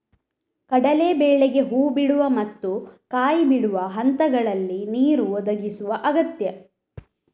ಕಡಲೇ ಬೇಳೆಗೆ ಹೂ ಬಿಡುವ ಮತ್ತು ಕಾಯಿ ಬಿಡುವ ಹಂತಗಳಲ್ಲಿ ನೀರು ಒದಗಿಸುದು ಅಗತ್ಯ